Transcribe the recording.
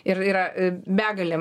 ir yra e begalė